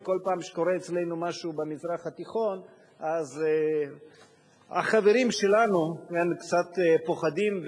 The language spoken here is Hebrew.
וכל פעם שקורה משהו אצלנו במזרח התיכון אז החברים שלנו קצת פוחדים,